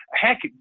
Heck